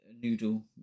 noodle